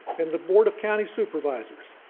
and the board of county supervisors.